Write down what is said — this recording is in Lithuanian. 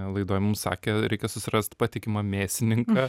laidoj mums sakė reikia susirast patikimą mėsininką